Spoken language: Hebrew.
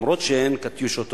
אף-על-פי שאין "קטיושות",